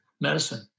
medicine